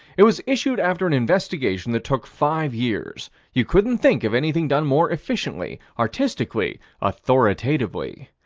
it was issued after an investigation that took five years. you couldn't think of anything done more efficiently, artistically, authoritatively.